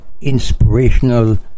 inspirational